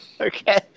Okay